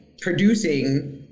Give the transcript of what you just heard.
producing